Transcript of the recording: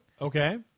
Okay